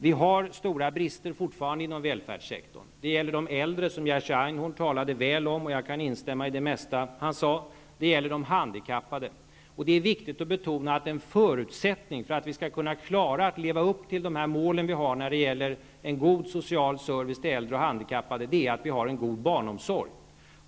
Vi har fortfarande stora brister inom välfärdssektorn. Det gäller de äldre, som Jerzy Einhorn talade väl om -- jag kan instämma i det mesta han sade --, och de gäller de handikappade. Det är viktigt att betona att en förutsättning för att vi skall kunna klara att leva upp till målet en god social service till äldre och handikappade är att vi har en god barnomsorg.